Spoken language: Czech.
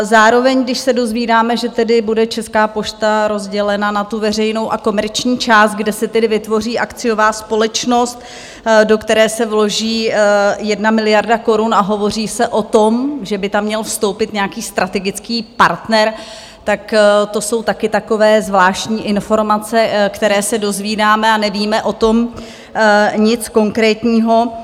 Zároveň když se dozvídáme, že tedy bude Česká pošta rozdělena na tu veřejnou a komerční část, kde se tedy vytvoří akciová společnost, do které se vloží jedna miliarda korun, a hovoří se o tom, že by tam měl vstoupit nějaký strategický partner, tak to jsou také takové zvláštní informace, které se dozvídáme, a nevíme o tom nic konkrétního.